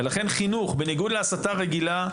לכן חינוך בניגוד להסתה רגילה,